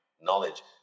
knowledge